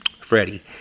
Freddie